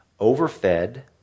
overfed